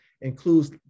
includes